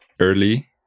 early